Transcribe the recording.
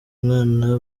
umwana